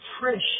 fresh